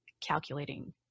calculating